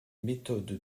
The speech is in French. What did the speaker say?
méthodes